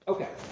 Okay